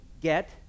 get